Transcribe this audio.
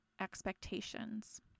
expectations